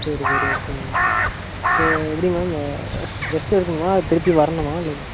சரி சரி okay ma'am இப்போது எப்படி மேம் ரெஸ்ட் எடுக்கணுமா இல்லை திருப்பி வரணுமா இல்லை எப்